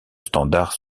standards